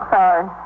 Sorry